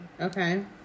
Okay